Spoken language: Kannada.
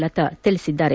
ಲತಾ ತಿಳಿಸಿದ್ದಾರೆ